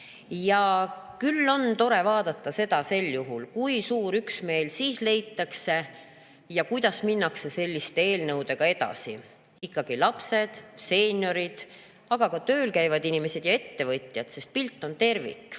on siis tore vaadata, kui suur üksmeel leitakse ja kuidas minnakse selliste eelnõudega edasi. Ikkagi lapsed, seeniorid, aga ka tööl käivad inimesed ja ettevõtjad, sest pilt on tervik.